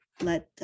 Let